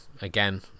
again